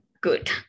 good